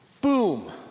boom